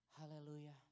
Hallelujah